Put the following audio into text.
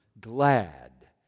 glad